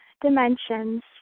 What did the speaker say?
dimensions